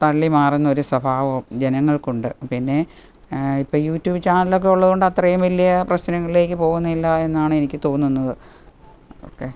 തള്ളി മാറുന്ന ഒരു സ്വഭാവം ജനങ്ങൾക്കുണ്ട് പിന്നെ ഇപ്പോള് യൂ ട്യൂബ് ചാനലൊക്കെ ഉള്ളതുകൊണ്ട് അത്രയും വലിയ പ്രശ്നങ്ങളിലേക്ക് പോകുന്നില്ല എന്നാണ് എനിക്ക് തോന്നുന്നത് ഓക്കെ